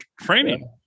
training